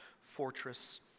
fortress